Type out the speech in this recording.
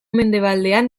mendebaldean